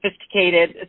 sophisticated